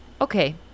Okay